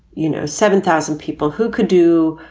you know, seven thousand people who could do,